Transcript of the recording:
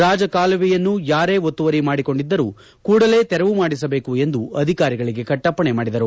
ರಾಜಕಾಲುವೆಯನ್ನು ಯಾರೇ ಒತ್ತುವರಿ ಮಾಡಿಕೊಂಡಿದ್ದರು ಕೂಡಲೇ ತೆರವು ಮಾಡಿಸಬೇಕು ಎಂದು ಅಧಿಕಾರಿಗಳಿಗೆ ಕಟ್ಟಪ್ಪಣೆ ಮಾಡಿದರು